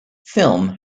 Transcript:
film